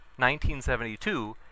1972